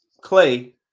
Clay